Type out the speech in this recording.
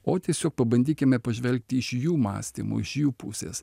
o tiesiog pabandykime pažvelgti iš jų mąstymo iš jų pusės